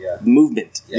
movement